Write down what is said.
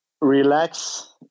relax